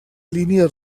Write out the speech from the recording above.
línia